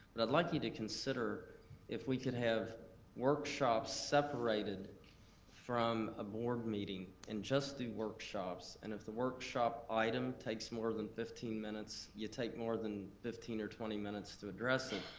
but i'd like you to consider if we could have workshops separated from a board meeting and just do workshops, and if the workshop item takes more than fifteen minutes, you take more than fifteen or twenty minutes to address it,